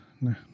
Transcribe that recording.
no